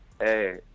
Hey